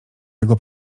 jego